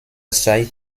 zeit